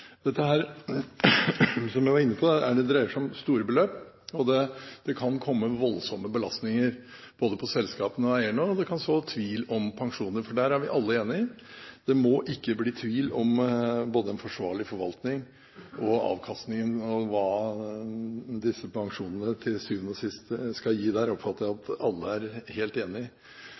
Dette – som jeg var inne på – dreier seg om store beløp. Det kan komme voldsomme belastninger både på selskapene og eierne, og det kan sås tvil om pensjoner, for der er vi alle enige. Det må ikke bli tvil om en forsvarlig forvaltning og avkastning når det gjelder hva disse pensjonene til syvende og sist skal gi. Der oppfatter jeg at alle er helt